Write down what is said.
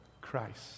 Christ